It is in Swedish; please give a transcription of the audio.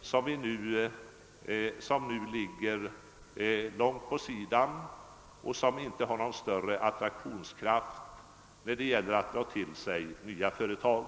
som nu ligger mycket avsides och som inte har någon attraktionskraft när det gäller att dra till sig nya företag.